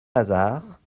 lazare